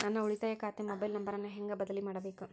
ನನ್ನ ಉಳಿತಾಯ ಖಾತೆ ಮೊಬೈಲ್ ನಂಬರನ್ನು ಹೆಂಗ ಬದಲಿ ಮಾಡಬೇಕು?